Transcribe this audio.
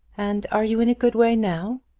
and are you in a good way now?